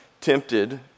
tempted